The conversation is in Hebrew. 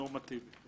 נורמטיבי.